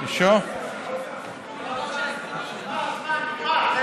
נגמר הזמן, נגמר הזמן.